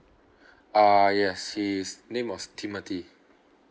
uh yes his name was timothy